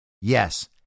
Yes